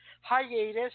hiatus